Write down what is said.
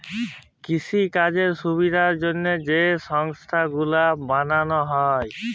কিসিকাজের সুবিধার জ্যনহে যে সংস্থা গুলান বালালো হ্যয়